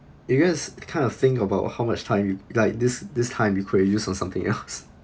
you just you kind of think about how much time you like this this time you could've use on something else